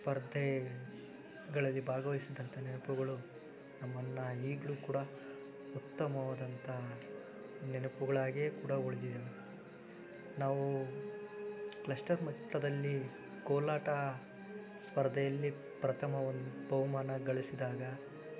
ಸ್ಪರ್ಧೆಗಳಲ್ಲಿ ಭಾಗವಹಿಸಿದಂತಹ ನೆನಪುಗಳು ನಮ್ಮನ್ನು ಈಗಲೂ ಕೂಡ ಉತ್ತಮವಾದಂತಹ ನೆನಪುಗಳಾಗಿಯೇ ಕೂಡ ಉಳಿದಿದೆ ನಾವು ಕ್ಲಸ್ಟರ್ ಮಟ್ಟದಲ್ಲಿ ಕೋಲಾಟ ಸ್ಪರ್ಧೆಯಲ್ಲಿ ಪ್ರಥಮ ಬಹುಮಾನ ಗಳಿಸಿದಾಗ